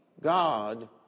God